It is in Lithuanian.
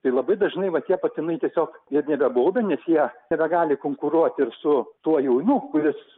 tai labai dažnai va tie patinai tiesiog jie nebebaubia nes jie nebegali konkuruot ir su tuo jaunu kuris